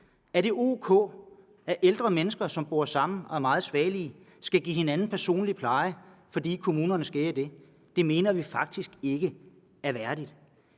Er det o.k., at ældre mennesker, som bor sammen og er meget svagelige, skal give hinanden personlig pleje, fordi kommunerne skærer i den? Det mener vi faktisk ikke er værdigt.